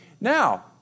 Now